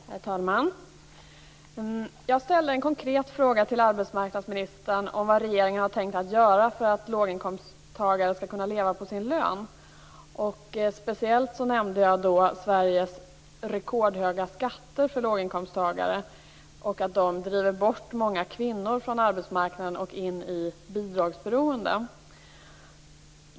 Herr talman! Jag ställde en konkret fråga till arbetsmarknadsministern om vad regeringen har tänkt att göra för att låginkomsttagare skall kunna leva på sin lön. Jag nämnde speciellt Sveriges rekordhöga skatter för låginkomsttagare och att de driver bort många kvinnor från arbetsmarknaden och in i ett bidragsberoende.